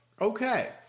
okay